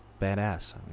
badass